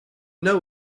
know